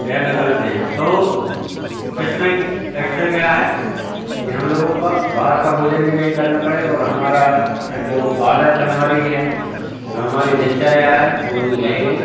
या निकलते हैं तो इससे कि इससे क्या है कि हम लोगों का बाहर का भोजन भी नहीं करना पड़ेगा और हमारी जो आदत हमारी है जो हमारी दिनचर्या है वह भी रहेगी